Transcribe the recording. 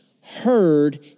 heard